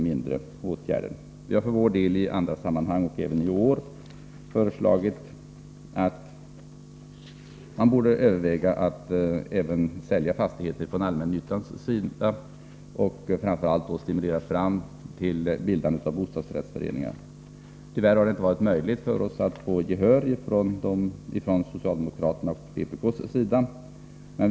Vi har i andra sammanhang, och även i år, föreslagit att man skall överväga en försäljning av allmännyttans fastigheter, och då framför allt stimulerar bildandet av bostadsrättsföreningar. Tyvärr har det inte varit möjligt för oss att få gehör för detta förslag hos socialdemokraterna och vpk.